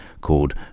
called